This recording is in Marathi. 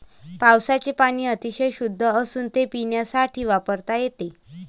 पावसाचे पाणी अतिशय शुद्ध असून ते पिण्यासाठी वापरता येते